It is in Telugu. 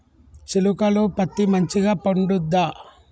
చేలుక లో పత్తి మంచిగా పండుద్దా?